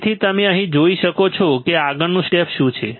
તેથી તમે અહીં જોઈ શકો છો કે આગળનું સ્ટેપ શું છે